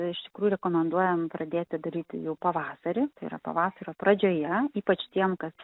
iš tikrųjų rekomenduojam pradėti daryti jau pavasarį tai yra pavasario pradžioje ypač tiem kas